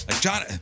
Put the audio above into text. John